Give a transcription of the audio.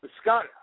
Scott